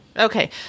Okay